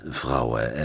vrouwen